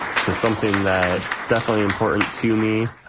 so something that's definitely important to me,